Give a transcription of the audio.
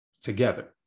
together